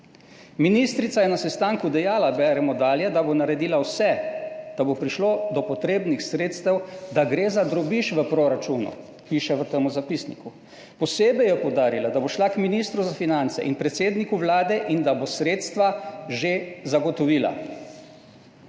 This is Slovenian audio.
Ministrica je na sestanku dejala, beremo dalje, da bo naredila vse, da bo prišlo do potrebnih sredstev, da gre za drobiž v proračunu, piše v tem zapisniku. Posebej je poudarila, da bo šla k ministru za finance in predsedniku Vlade in da bo sredstva že zagotovila.